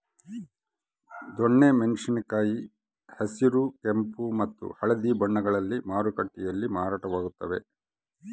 ದೊಣ್ಣೆ ಮೆಣಸಿನ ಕಾಯಿ ಹಸಿರು ಕೆಂಪು ಮತ್ತು ಹಳದಿ ಬಣ್ಣಗಳಲ್ಲಿ ಮಾರುಕಟ್ಟೆಯಲ್ಲಿ ಮಾರಾಟವಾಗುತ್ತವೆ